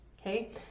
okay